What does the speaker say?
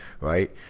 right